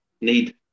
need